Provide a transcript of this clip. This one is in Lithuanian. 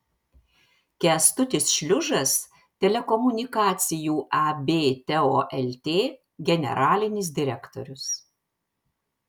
kęstutis šliužas telekomunikacijų ab teo lt generalinis direktorius